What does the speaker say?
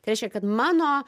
tai reiškia kad mano